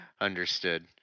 understood